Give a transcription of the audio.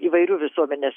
įvairių visuomenės